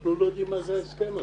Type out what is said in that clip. אנחנו לא יודעים מה זה ההסכם הזה,